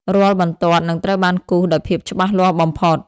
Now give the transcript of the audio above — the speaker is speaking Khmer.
រាល់បន្ទាត់នឹងត្រូវបានគូសដោយភាពច្បាស់លាស់បំផុត។